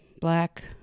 black